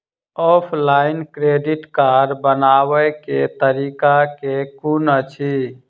Offline credit card बनाबै केँ तरीका केँ कुन अछि?